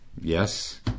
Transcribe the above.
yes